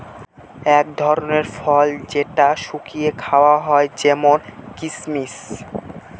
এক ধরনের ফল যেটা শুকিয়ে খাওয়া হয় যেমন কিসমিস